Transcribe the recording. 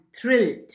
thrilled